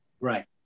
Right